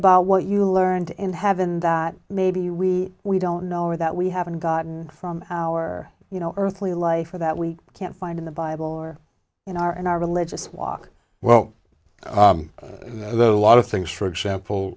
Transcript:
about what you learned in heaven that maybe we we don't know or that we haven't gotten from our you know earthly life or that we can't find in the bible or in our in our religious walk well as a lot of things for example